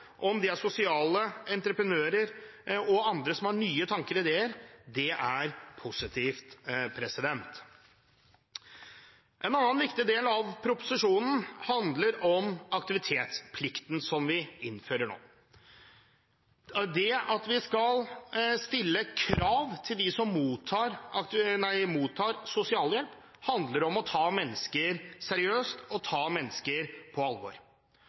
om det er sosiale entreprenører og andre som har nye tanker og ideer – det er positivt. En annen viktig del av proposisjonen handler om aktivitetsplikten som vi innfører nå. Det at vi skal stille krav til dem som mottar sosialhjelp, handler om å ta mennesker seriøst og ta mennesker på alvor.